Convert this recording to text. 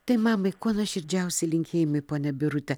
tai mamai kuo nuoširdžiausi linkėjimai ponia birute